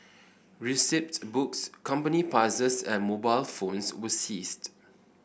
receipt books company passes and mobile phones were seized